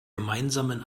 gemeinsamen